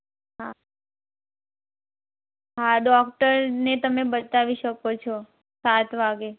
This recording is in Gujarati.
હા હા ડોક્ટરને તમે બતાવી શકો છો સાત વાગે